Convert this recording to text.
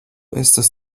estas